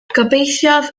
gobeithiaf